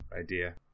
idea